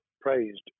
praised